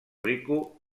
rico